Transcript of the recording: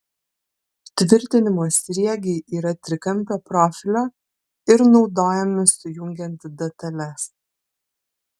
tvirtinimo sriegiai yra trikampio profilio ir naudojami sujungiant detales